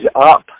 up